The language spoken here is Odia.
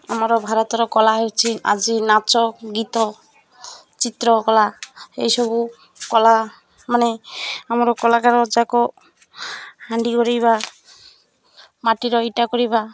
ଆମର ଭାରତର କଳା ହେଉଛି ଆଜି ନାଚ ଗୀତ ଚିତ୍ରକଳା ଏଇସବୁ କଳା ମାନେ ଆମର କଳାକାରଯାକ ହାଣ୍ଡି ଗଢ଼ିବା ମାଟିର ଇଟା କରିବା